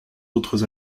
autres